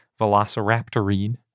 Velociraptorine